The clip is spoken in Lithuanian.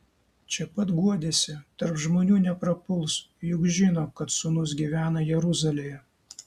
čia pat guodėsi tarp žmonių neprapuls juk žino kad sūnus gyvena jeruzalėje